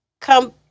come